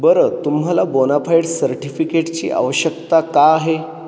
बरं तुम्हाला बोनाफाईड सर्टिफिकेटची आवश्यकता का आहे